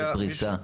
לפי פריסה?